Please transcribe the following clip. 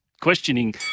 questioning